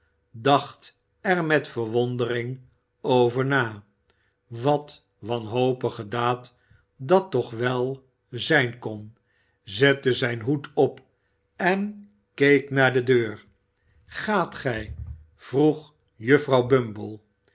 dacht er met verwondering over na wat wanhopige daad dat toch wel zijn kon zette zijn hoed op en keek naar de deur gaat gij vroeg juffrouw